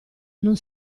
non